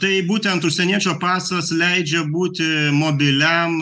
tai būtent užsieniečio pasas leidžia būti mobiliam